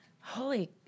holy